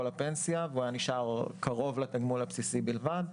הפנסיה והוא היה נשאר עם קרוב לתגמול הבסיסי בלבד.